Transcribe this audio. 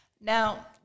Now